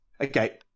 okay